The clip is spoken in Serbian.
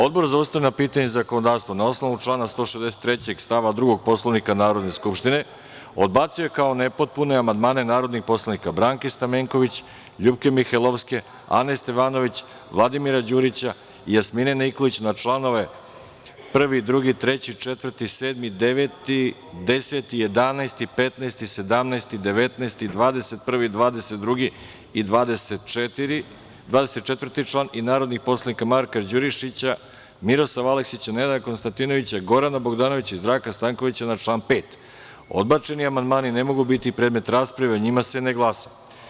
Odbor za ustavna pitanja i zakonodavstvo, na osnovu člana 163. stava 2. Poslovnika Narodne skupštine, odbacio je kao nepotpune amandmane narodnih poslanika: Branke Stamenković, LJupke Mihajlovske, Ane Stevanović, Vladimira Đurića, Jasmine Nikolić na članove 1, 2, 3, 4, 7, 9, 10, 11, 15, 17, 19, 21, 22. i 24. član i narodnih poslanika Marka Đurišića, Miroslava Aleksića, Nenada Konstantinovića, Gorana Bogdanovića i Zdravka Stankovića na član 5. Odbačeni amandmani ne mogu biti predmet rasprave i o njima se ne glasa.